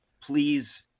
please